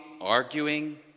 arguing